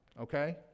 Okay